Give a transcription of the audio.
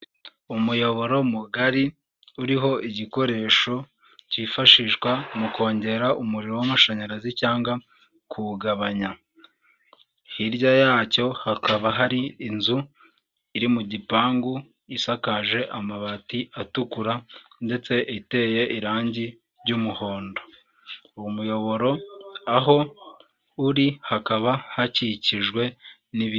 Umuyoboro mugari uriho igikoresho cyifashishwa mu kongera umuriro w'amashanyarazi cyangwa kuwugabanya, hirya yacyo hakaba hari inzu iri mu gipangu isakaje amabati atukura ndetse iteye irangi ry'umuhondo, uwo muyoboro aho uri hakaba hakikijwe n'ibiti.